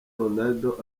ronaldo